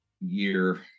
year